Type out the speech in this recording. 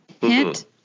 Hint